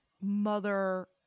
mother